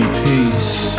peace